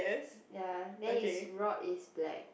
ya then his rod is black